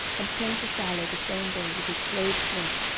and came to shiloh the same day with his clothes rent,